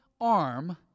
arm